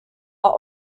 are